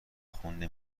خون